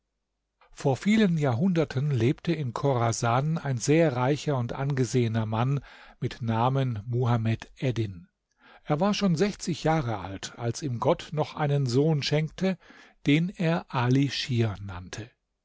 vor vielen jahrhunderten lebte in chorasan ein sehr reicher und angesehener mann mit namen muhamed eddin er war schon sechzig jahre alt als ihm gott noch einen sohn schenkte den er ali schir nannte